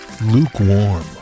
lukewarm